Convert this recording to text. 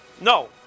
No